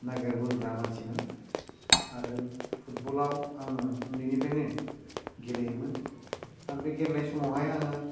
नायगेरबोग्रा मानसिमोन आरो फुटबलाव आङो उन्दैनिफ्रायनो गेलेयोमोन आरो बे गेलेनाय समावहाय आङो